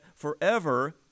forever